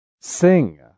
Sing